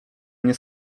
nie